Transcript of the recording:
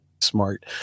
smart